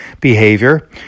behavior